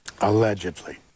allegedly